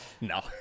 no